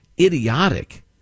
idiotic